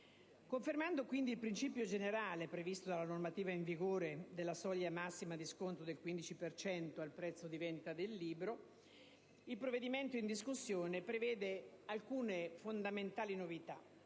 Confermando quindi il principio generale previsto dalla normativa in vigore della soglia massima di sconto del 15 per cento al prezzo di vendita del libro, il provvedimento in discussione prevede alcune fondamentali novità: